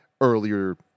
earlier